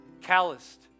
calloused